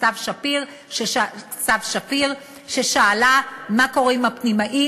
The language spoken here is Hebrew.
סתיו שפיר ששאלה מה קורה עם הפנימאים.